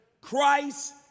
Christ